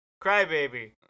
crybaby